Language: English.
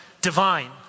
divine